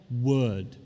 word